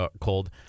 cold